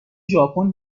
ژاپن